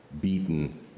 beaten